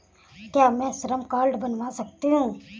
क्या मैं श्रम कार्ड बनवा सकती हूँ?